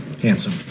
Handsome